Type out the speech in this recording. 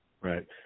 Right